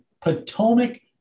Potomac